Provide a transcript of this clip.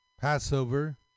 Passover